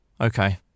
Okay